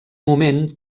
moment